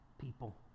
people